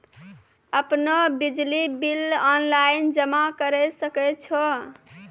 आपनौ बिजली bill online जमा करै सकै छौ?